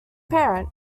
parent